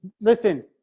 Listen